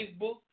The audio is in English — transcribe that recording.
Facebook